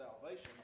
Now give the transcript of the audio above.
salvation